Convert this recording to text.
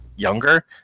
Younger